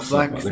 Black